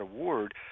award